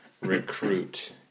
recruit